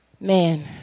Man